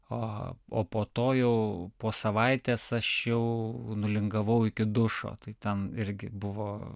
a o po to jau po savaitės aš jau nulingavau iki dušo tai ten irgi buvo